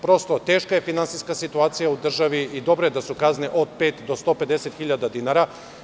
Prosto, teška je finansijska situacija u državi i dobro je da su kazne od pet do 150 hiljada dinara.